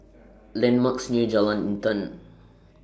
landmarks near Jalan Intan